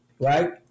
Right